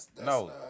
No